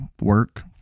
work